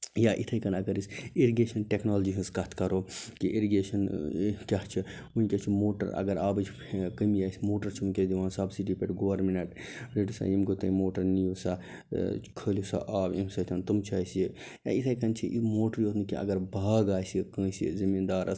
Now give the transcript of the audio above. یا یِتھے کٔنۍ اگر أسۍ اِرِگیشن ٹیٚکنالوجی ہنٛز کتھ کرو کہِ اِرِگیشن ٲں کیٛاہ چھِ وُنٛکیٚس چھُ موٹر اگر آبٕچۍ ٲں کمی آسہِ موٹر چھُ وُنٛکیٚس دِوان سبسڈی پٮ۪ٹھ گورمیٚنٛٹ رٔٹِو سا یم گوٚو تۄہہِ موٹر نِیِو سا ٲں کھٲلِو سا آب اَمہِ سۭتۍ تِم چھِ اسہِ یہِ یا یتھے کٔنۍ چھِ یِم موٹرٕے یوت نہٕ کیٚنٛہہ اگر باغ آسہِ کٲنٛسہِ زمیٖندارَس